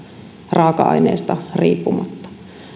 raaka aineesta riippumatta